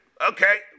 Okay